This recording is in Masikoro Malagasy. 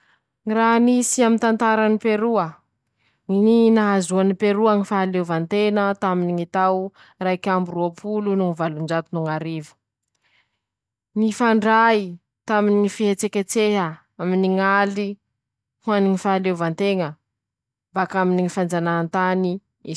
Ñy raha nisy aminy tantarany Peroa: ñy nahazoany Peroa ñy fahaleovanteña taminy ñy tao raik'amby roapolo no valonjato no ñy arivo, nifandray taminy ñy fietseketseha aminy ñ'aly, ho any ñy fahaleovantena, bak'aminy ñy fanjanahantany.